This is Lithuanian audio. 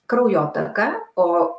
kraujotaką o